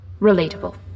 relatable